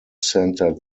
centred